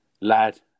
lad